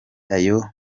ayo